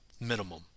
minimum